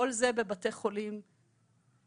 כל זה בבתי חולים ציבוריים.